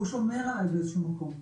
שהוא שומר עליי באיזה שהוא מקום,